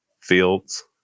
fields